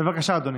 בבקשה, אדוני.